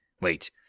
Wait